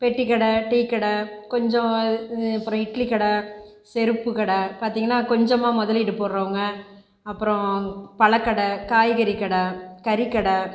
பெட்டிக் கடை டீ கடை கொஞ்சம் அப்புறம் இட்லி கடை செருப்பு கடை பார்த்தீங்கன்னா கொஞ்சமாக முதலீடு போடுறவங்க அப்புறம் பழக்கடை காய்கறிகடை கறிகடை